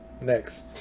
next